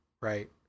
right